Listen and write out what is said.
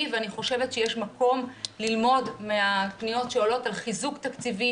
ואני חושבת שיש מקום ללמוד מהפניות שעולות על חיזוק תקציבי,